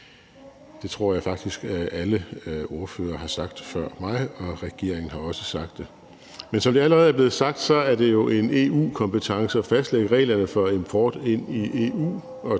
Det tror jeg faktisk at alle ordførere har sagt før mig, og regeringen har også sagt det. Men som det allerede er blevet sagt, er det jo en EU-kompetence at fastlægge reglerne for import ind i EU,